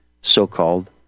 so-called